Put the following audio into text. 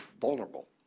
vulnerable